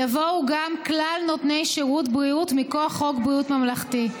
יבואו גם כלל נותני שירותי בריאות מכוח חוק בריאות ממלכתי.